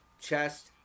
Chest